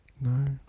No